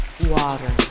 water